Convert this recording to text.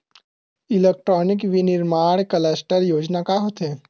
Electronic विनीर्माण cluster योजना का होथे?